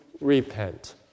repent